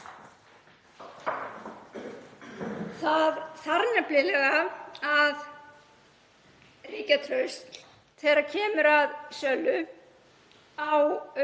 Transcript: Það þarf nefnilega að ríkja traust þegar kemur að sölu á